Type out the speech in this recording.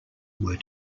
were